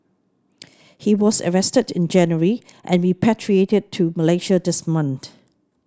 he was arrested in January and repatriated to Malaysia this month